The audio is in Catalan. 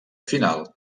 final